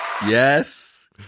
yes